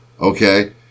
Okay